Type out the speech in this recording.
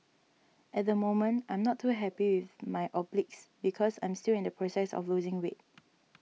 at the moment I'm not too happy with my obliques because I'm still in the process of losing weight